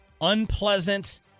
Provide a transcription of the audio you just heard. unpleasant